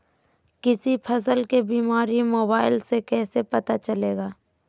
किसी फसल के बीमारी मोबाइल से कैसे पता चलेगा?